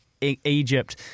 egypt